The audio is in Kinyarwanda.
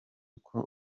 uko